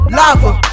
lava